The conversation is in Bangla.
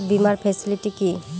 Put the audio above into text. বীমার ফেসিলিটি কি?